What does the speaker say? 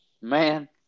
Man